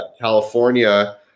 California